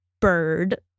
bird